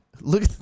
Look